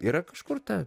yra kažkur ta